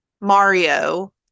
Mario